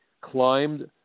climbed